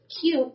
cute